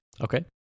Okay